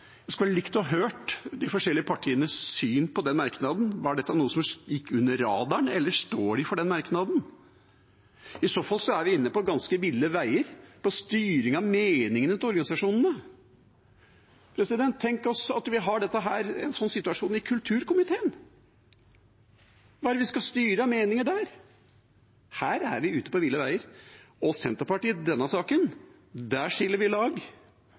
skulle likt å høre de forskjellige partienes syn på merknaden. Var det noe som gikk under radaren, eller står de for den merknaden? I så fall er vi inne på ganske ville veier for styring av meningene til organisasjonene. Tenk om vi hadde en slik situasjon i kulturkomiteen. Hva er det vi skal styre av meninger der? Her er vi ute på ville veier, og når det gjelder Senterpartiet i denne saken, skiller vi lag